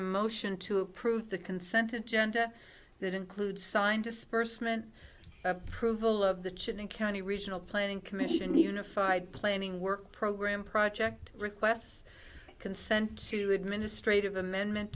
a motion to approve the consented genda that include sign dispersement approval of the chin and county regional planning commission unified planning work programme project requests consent to administrative amendment